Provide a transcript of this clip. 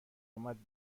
اومد